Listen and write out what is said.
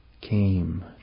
came